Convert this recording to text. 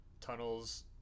tunnels